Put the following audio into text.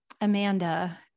Amanda